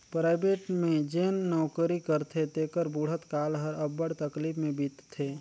private में जेन नउकरी करथे तेकर बुढ़त काल हर अब्बड़ तकलीफ में बीतथे